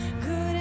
good